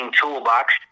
toolbox